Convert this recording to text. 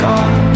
God